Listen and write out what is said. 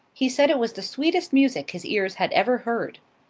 he said it was the sweetest music his ears had ever heard.